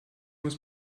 muss